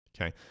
Okay